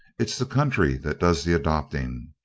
it's the country that does the adopting.